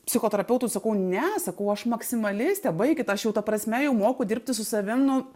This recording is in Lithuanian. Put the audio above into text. psichoterapeutui sakau ne sakau aš maksimalistė baikit aš jau ta prasme jau moku dirbti su savim nu